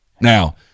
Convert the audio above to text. Now